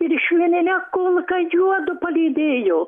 ir švinine kulka juodu palydėjo